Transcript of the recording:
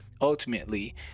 ultimately